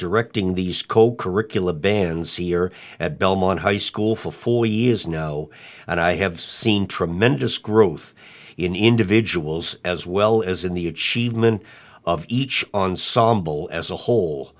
directing these co curricula bands here at belmont high school for four years now and i have seen tremendous growth in individuals as well as in the achievement of each on sambal as a whole